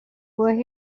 will